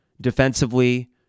Defensively